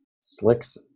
Slick's